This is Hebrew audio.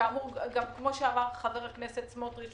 כמו שאמר חבר הכנסת סמוטריץ',